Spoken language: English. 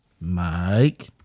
Mike